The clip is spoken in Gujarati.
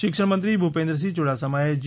શિક્ષણ મંત્રી ભૂપેન્દ્રસિંહ યુડાસામાએ જી